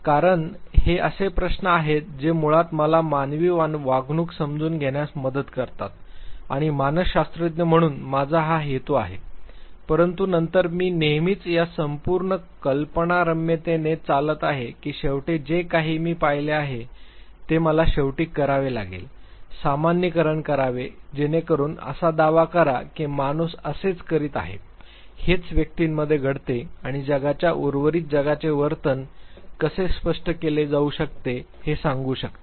कारण हे असे प्रश्न आहेत जे मुळात मला मानवी वागणूक समजून घेण्यास मदत करतात आणि मानसशास्त्रज्ञ म्हणून माझा हा हेतू आहे परंतु नंतर मी नेहमीच या संपूर्ण कल्पनारम्यतेने चालत आहे की शेवटी जे काही मी पाहिले आहे ते मला शेवटी करावे लागेल सामान्यीकरण करावे जेणेकरुन असा दावा करा की माणूस असेच करीत आहे हेच व्यक्तींमध्ये घडते आणि जगाच्या उर्वरित जगाचे वर्तन कसे स्पष्ट केले जाऊ शकते हे सांगू शकते